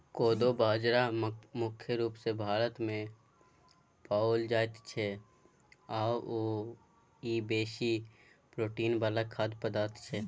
कोदो बाजरा मुख्य रूप सँ भारतमे पाओल जाइत छै आओर ई बेसी प्रोटीन वला खाद्य पदार्थ छै